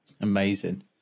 Amazing